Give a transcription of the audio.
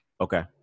Okay